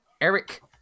Eric